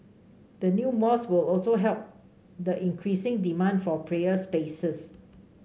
the new mosque will also help the increasing demand for prayer spaces